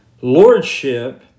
lordship